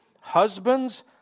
Husbands